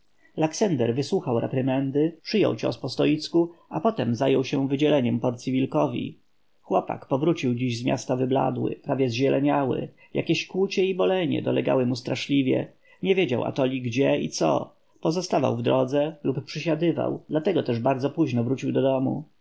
laksender wysłuchał reprymandy przyjął cios po stoicku a potem zajął się wydzieleniem porcyi wilkowi chłopak powrócił dziś z miasta wybladły prawie zzieleniały jakieś kłucie i bolenie dolegało mu straszliwie nie wiedział atoli gdzie i co postawał w drodze lub przysiadywał dlatego też bardzo późno wrócił do domu